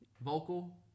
vocal